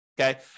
Okay